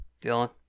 Dylan